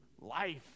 life